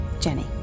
Jenny